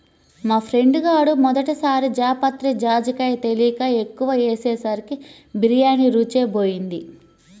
మా ఫ్రెండు గాడు మొదటి సారి జాపత్రి, జాజికాయ తెలియక ఎక్కువ ఏసేసరికి బిర్యానీ రుచే బోయింది